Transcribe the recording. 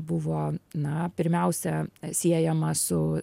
buvo na pirmiausia siejama su